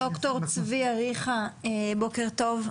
ד"ר צבי אריכא בוקר טוב,